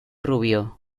rubio